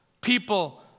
people